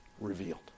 revealed